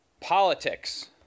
politics